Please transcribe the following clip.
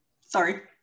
Sorry